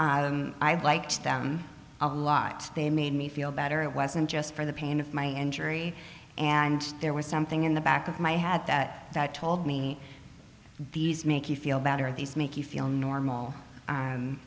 me i liked them a lot they made me feel better it wasn't just for the pain of my injury and there was something in the back of my had that that told me these make you feel better these make you feel normal